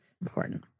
important